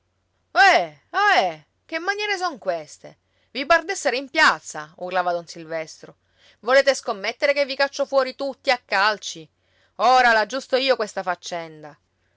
ohè che maniere son queste vi par d'essere in piazza urlava don silvestro volete scommettere che vi caccio fuori tutti a calci ora l'aggiusto io questa faccenda